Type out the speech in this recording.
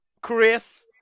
Chris